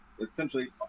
Essentially